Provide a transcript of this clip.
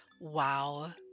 Wow